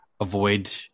avoid